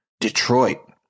Detroit